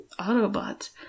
Autobots